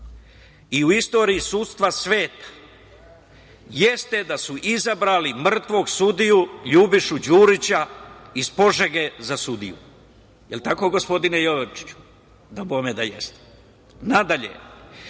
i u istoriji sudstva sveta, jeste da su izabrali mrtvog sudija Ljubišu Đurića iz Požege za sudiju. Je li tako, gospodine Jovičiću? Dabome da jeste. Nadalje,